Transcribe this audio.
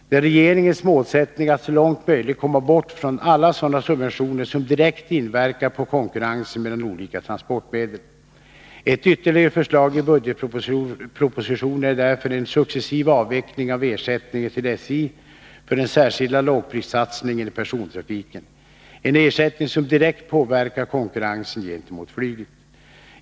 Det är regeringens målsättning att så långt möjligt komma bort från alla sådana subventioner som direkt inverkar på konkurrensen mellan olika transportmedel. Ett ytterligare förslag i budgetpropositionen är därför en successiv avveckling av ersättningen till SJ för den särskilda lågprissatsningen i persontrafiken — en ersättning som direkt påverkar konkurrensen gentemot flyget.